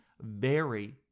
vary